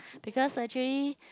because actually